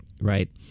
right